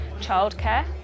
childcare